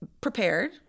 prepared